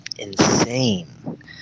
Insane